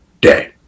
day